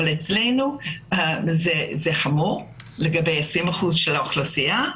אצלנו זה חמור וזה נוגע ל-20% של האוכלוסייה.